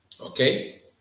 Okay